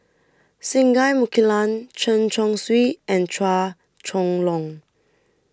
Singai Mukilan Chen Chong Swee and Chua Chong Long